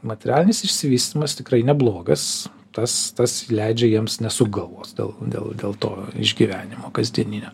materialinis išsivystymas tikrai neblogas tas tas leidžia jiems nesukt galvos dėl dėl dėl to išgyvenimo kasdieninio